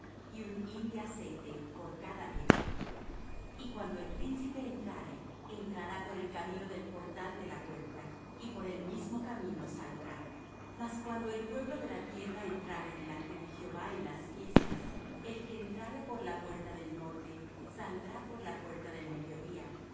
y un hin de aceite por cada epha y cuando el príncipe entrare entrará por el camino del portal de la puerta y por el mismo camino saldrá mas cuando el pueblo de la tierra entrare delante de jehová en las fiestas el que entrare por la puerta del norte saldrá por la puerta del mediodía